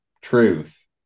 truth